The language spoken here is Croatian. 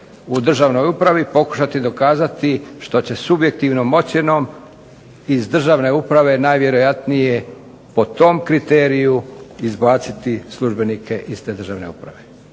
u državnoj upravi pokušati dokazati što će subjektivnom ocjenom iz državne uprave najvjerojatnije po tom kriteriju izbaciti službenike iz te državne uprave.